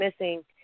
missing